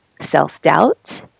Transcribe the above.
self-doubt